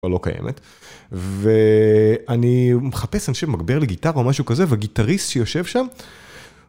כבר לא קיימת, ואני מחפש אנשי מגבר לגיטרה או משהו כזה והגיטריסט שיושב שם